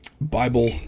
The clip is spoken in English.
Bible